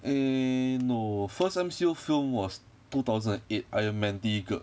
eh no first M_C_U film was two thousand and eight iron man 第一个